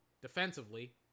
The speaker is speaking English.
defensively